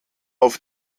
auf